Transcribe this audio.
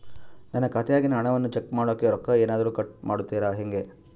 ನನ್ನ ಖಾತೆಯಾಗಿನ ಹಣವನ್ನು ಚೆಕ್ ಮಾಡೋಕೆ ರೊಕ್ಕ ಏನಾದರೂ ಕಟ್ ಮಾಡುತ್ತೇರಾ ಹೆಂಗೆ?